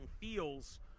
feels